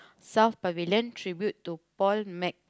South Pavilion Tribute to paul mac